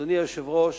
אדוני היושב-ראש,